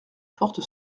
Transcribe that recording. porte